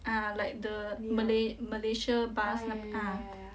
ah like the malay Malaysia bus 那个啊